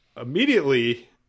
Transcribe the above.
immediately